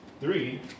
three